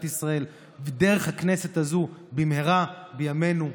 ישראל ודרך הכנסת הזו במהרה בימינו אמן.